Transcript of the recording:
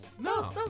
No